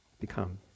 become